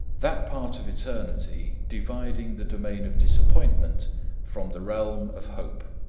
that part of eternity dividing the domain of disappointment from the realm of hope.